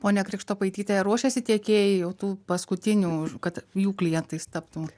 ponia krištopaityte ruošiasi tiekėjai jau tų paskutinių kad jų klientais taptų